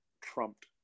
trumped